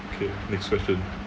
okay next question